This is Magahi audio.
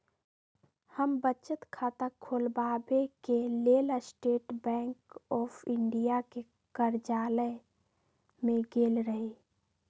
हम बचत खता ख़ोलबाबेके लेल स्टेट बैंक ऑफ इंडिया के कर्जालय में गेल रही